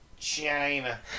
China